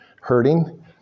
hurting